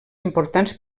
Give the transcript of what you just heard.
importants